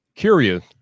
curious